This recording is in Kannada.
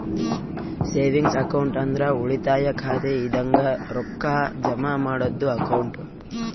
ಸೆವಿಂಗ್ಸ್ ಅಕೌಂಟ್ ಅಂದ್ರ ಉಳಿತಾಯ ಖಾತೆ ಇದಂಗ ರೊಕ್ಕಾ ಜಮಾ ಮಾಡದ್ದು ಅಕೌಂಟ್